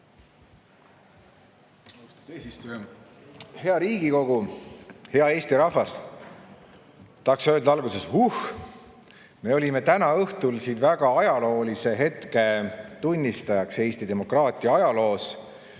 Hea Riigikogu! Hea Eesti rahvas! Tahaks öelda alguses: huhh, me olime täna õhtul siin väga ajaloolise hetke tunnistajaks. Eesti demokraatia ajaloos